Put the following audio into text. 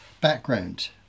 background